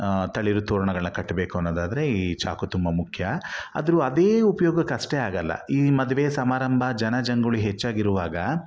ತಳಿರು ತೋರಣಗಳನ್ನ ಕಟ್ಟಬೇಕು ಅನ್ನೋದಾದರೆ ಈ ಚಾಕು ತುಂಬ ಮುಖ್ಯ ಆದರೂ ಅದೇ ಉಪ್ಯೋಗಕ್ಕಷ್ಟೆ ಆಗಲ್ಲ ಈ ಮದುವೆ ಸಮಾರಂಭ ಜನಜಂಗುಳಿ ಹೆಚ್ಚಾಗಿರುವಾಗ